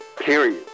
Period